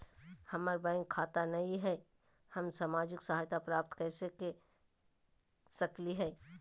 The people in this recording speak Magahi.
हमार बैंक खाता नई हई, हम सामाजिक सहायता प्राप्त कैसे के सकली हई?